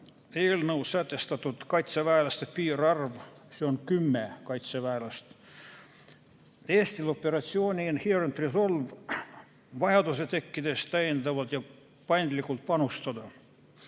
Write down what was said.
eelnõus sätestatud kaitseväelaste piirarv, see on kümme kaitseväelast, Eestil operatsiooni Inherent Resolve vajaduse tekkides täiendavalt ja paindlikult panustada.